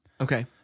Okay